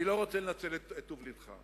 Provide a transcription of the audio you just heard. אני לא רוצה לנצל את טוב לבך.